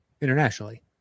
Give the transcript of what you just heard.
internationally